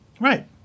Right